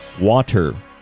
water